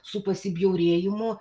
su pasibjaurėjimu